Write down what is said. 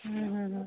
ହୁଁ ହୁଁ ହୁଁ